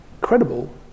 credible